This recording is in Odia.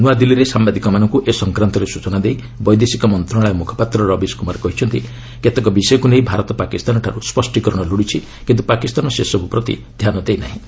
ନୃଆଦିଲ୍ଲୀରେ ସାମ୍ବାଦିକମାନଙ୍କୁ ଏ ସଂକ୍ରାନ୍ତରେ ସୂଚନା ଦେଇ ବୈଦେଶିକ ମନ୍ତ୍ରଣାଳୟ ମୁଖପାତ୍ର ରବିଶ କୁମାର କହିଛନ୍ତି କେତେକ ବିଷୟକୁ ନେଇ ଭାରତ ପାକିସ୍ତାନଠାରୁ ସ୍ୱଷ୍ଟିକରଣ ଲୋଡ଼ିଛି କିନ୍ତୁ ପାକିସ୍ତାନ ସେସବୁ ପ୍ରତି ଧ୍ୟାନ ଦେଇନାହିଁ